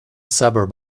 suburb